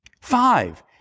Five